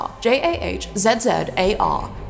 J-A-H-Z-Z-A-R